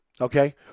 Okay